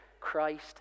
Christ